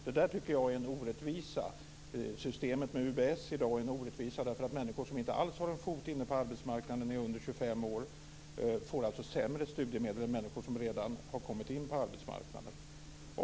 Detta tycker jag är en orättvisa. Systemet med UBS i dag är en orättvisa, eftersom människor som inte alls har en fot inne på arbetsmarknaden och är under 25 år får sämre studiemedel än människor som redan har kommit in på arbetsmarknaden.